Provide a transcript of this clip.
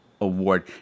award